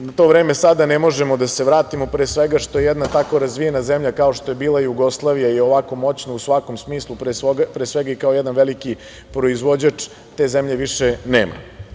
U to vreme sada ne možemo da se vratimo, pre svega što jedna tako razvijena zemlja kao što je bila Jugoslavija i ovako moćna u svakom smislu, pre svega kao jedan veliki proizvođač, te zemlje više nema.